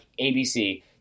ABC